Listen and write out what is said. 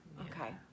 okay